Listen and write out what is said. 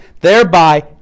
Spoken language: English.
thereby